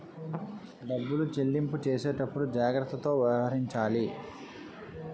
డబ్బులు చెల్లింపు చేసేటప్పుడు జాగ్రత్తతో వ్యవహరించాలి